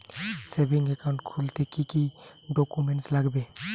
Savings account খুলতে কি কি ডকুমেন্টস লাগবে?